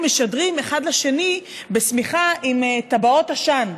משדרים אחד לשני בשמיכה עם טבעות עשן.